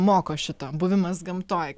moko šito buvimas gamtoj